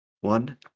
one